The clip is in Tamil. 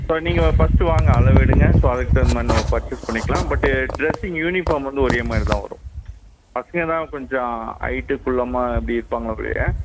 ஸோ நீங்கள் ஃபர்ஸ்ட்டு வாங்க அளவு எடுங்க ஸோ அதுக்கு தகுந்த மாதிரி நம்ம பர்ச்சேஸ் பண்ணிக்கலாம் பட்டு டிரெஸ்ஸு இங்கே யூனிஃபார்ம் வந்து ஒரே மாதிரி தான் வரும் பசங்கள் தான் கொஞ்சம் ஹைட்டு குள்ளமாக அப்படி இருப்பாங்களோ ஒழிய